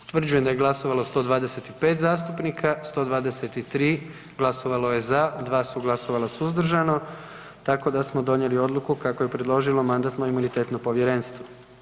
Utvrđujem da je glasovalo 125 zastupnika, 123 glasovalo je za, 2 su glasovala suzdržano tako da smo donijeli odluku kako je predložilo Mandatno-imunitetno povjerenstvo.